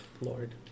lord